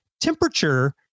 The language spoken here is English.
Temperature